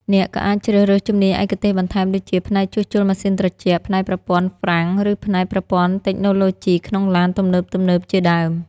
អ្នកក៏អាចជ្រើសរើសជំនាញឯកទេសបន្ថែមដូចជា ផ្នែកជួសជុលម៉ាស៊ីនត្រជាក់ ផ្នែកប្រព័ន្ធហ្វ្រាំង ឬផ្នែកប្រព័ន្ធតិចណូឡូជីក្នុងឡានទំនើបៗជាដើម។